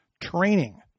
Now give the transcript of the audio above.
training